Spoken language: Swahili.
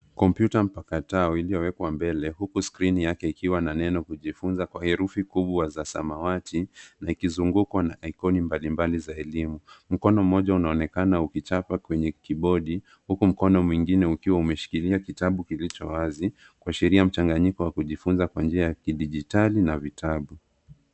Kompyuta mpakato iliyowekwa mbele huku skrini yake ikiwa na neno kujifunza kwa herufi kubwa za samawati na kizungukwa na ikoni mbalimbali za elimu. Mkono mmoja unaonekana ukichapa kwenye kibodi huku mkono mwingine ukiwa umeshikilia kitabu kilicho wazi kuashiria mchanganyiko wa kujifunza kwa njia ya kidijitali na vitabu.